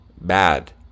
bad